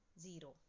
zero